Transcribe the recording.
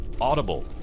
Audible